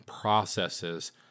processes